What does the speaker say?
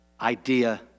idea